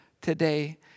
today